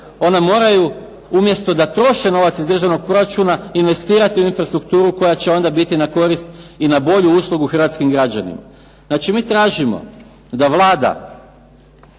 ona moraju umjesto da troše novac iz državnog proračuna investirati u infrastrukturu koja će onda biti na koristi i na bolju uslugu hrvatskim građanima. Znači mi tražimo da Vlada